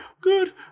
good